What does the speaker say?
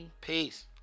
Peace